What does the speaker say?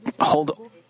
hold